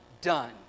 Done